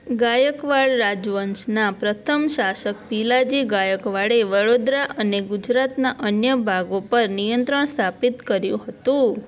ગાયકવાડ રાજવંશના પ્રથમ શાસક ભીલાજી ગાયકવાડે વડોદરા અને ગુજરાતના અન્ય ભાગો પર નિયંત્રણ સ્થાપિત કર્યું હતું